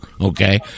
Okay